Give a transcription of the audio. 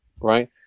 right